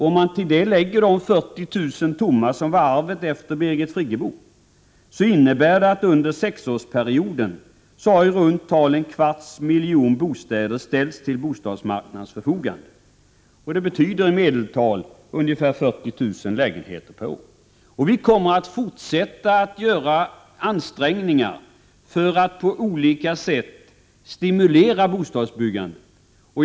Om man till dem lägger de 40 000 tomma, som var arvet efter Birgit Friggebo, innebär det att under sexårsperioden i runt tal en kvarts miljon nya bostäder har ställts till bostadsmarknadens förfogande. Detta betyder i medeltal 40 000 lägenheter per år. Vi kommer att fortsätta ansträngningarna för att på olika sätt stimulera bostadsbyggandet.